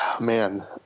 man